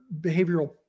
behavioral